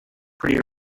pretty